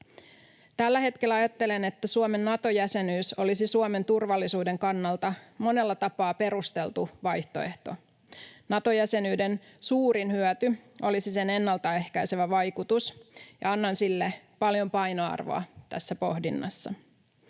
Tällä hetkellä ajattelen, että Suomen Nato-jäsenyys olisi Suomen turvallisuuden kannalta monella tapaa perusteltu vaihtoehto. Nato-jäsenyyden suurin hyöty olisi sen ennaltaehkäisevä vaikutus, ja annan sille paljon painoarvoa tässä pohdinnassa.